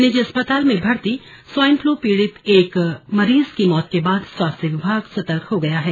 निजी अस्पताल में भर्ती स्वाइन फ्लू पीड़ित एक मरीज की मौत के बाद स्वास्थ्य विभाग सतर्क हो गया है